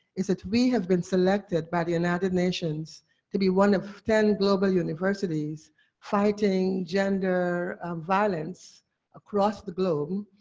is that we have been selected by the united nations to be one of ten global universities fighting gender violence across the globe,